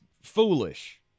foolish